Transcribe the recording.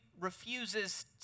refuses